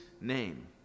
name